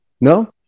No